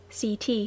ct